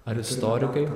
ar istorikai